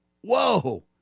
Whoa